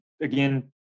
Again